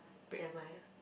never mind ah